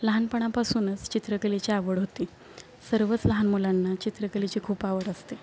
लहानपणापासूनच चित्रकलेची आवड होती सर्वच लहान मुलांना चित्रकलेची खूप आवड असते